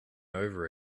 over